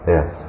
Yes